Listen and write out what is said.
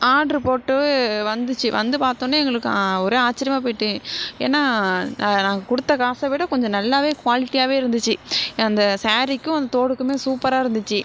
order போட்டு வந்துச்சு வந்து பார்த்தோன்னே எங்களுக்கு ஒரே ஆச்சரியமா போயிட்டு ஏன்னால் நாங்கள் கொடுத்த காசை விட கொஞ்சம் நல்லாவே குவாலிட்டியாகவே இருந்துச்சு அந்த ஸாரீக்கும் அந்த தோடுக்குமே சூப்பராக இருந்துச்சு